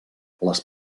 les